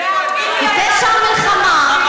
פשע מלחמה,